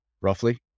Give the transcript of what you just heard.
roughly